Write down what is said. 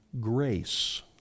grace